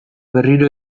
berriro